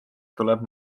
tuleb